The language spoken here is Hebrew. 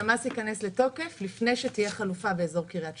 המס ייכנס לתוקף לפני שתהיה חלופה באזור קרית שמונה.